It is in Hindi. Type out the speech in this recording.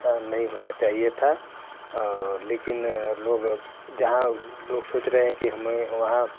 ऐसा नहीं होना चाहिए था लेकिन लोग जहाँ लोग सोच रहे हैं कि हमें वहाँ